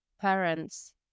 parents